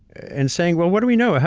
and saying, well, what do we know?